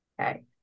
Okay